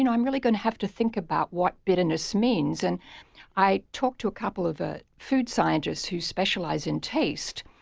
you know i'm really going to have to think about what bitterness means. means. and i talked to a couple of ah food scientists who specialize in taste.